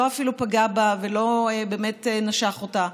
אפילו לא פגע בה ולא באמת נשך אותה,